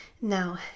Now